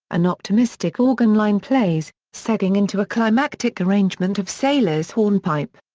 an optimistic organ line plays, segueing into a climactic arrangement of sailor's hornpipe.